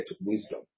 wisdom